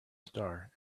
star